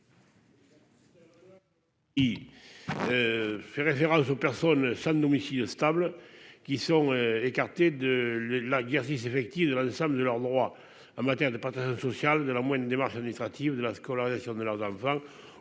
Il fait référence aux personnes sans domicile stable qui sont écartés de la guerre six effective de l'ensemble de leurs droits en matière de partir social de la moindre démarche administrative de la scolarisation de leurs enfants